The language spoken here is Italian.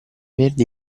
verdi